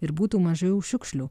ir būtų mažiau šiukšlių